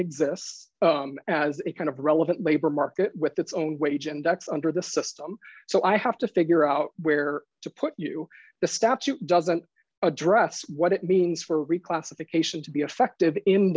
exists as a kind of relevant labor market with its own wage and ducks under the system so i have to figure out where to put you the statute doesn't address what it means for reclassification to be effective in